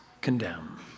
condemn